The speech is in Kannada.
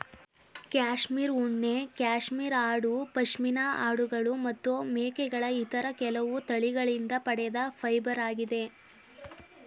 ಕ್ಯಾಶ್ಮೀರ್ ಉಣ್ಣೆ ಕ್ಯಾಶ್ಮೀರ್ ಆಡು ಪಶ್ಮಿನಾ ಆಡುಗಳು ಮತ್ತು ಮೇಕೆಗಳ ಇತರ ಕೆಲವು ತಳಿಗಳಿಂದ ಪಡೆದ ಫೈಬರಾಗಿದೆ